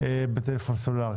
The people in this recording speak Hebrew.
בטלפון סלולרי.